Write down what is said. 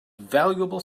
valuable